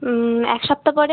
হুম এক সপ্তাহ পরে